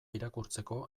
irakurtzeko